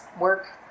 work